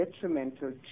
detrimental